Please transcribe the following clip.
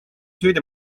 süüdi